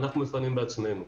אנחנו מפנים בעצמנו.